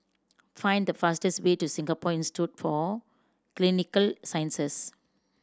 find the fastest way to Singapore Institute for Clinical Sciences